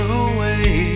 away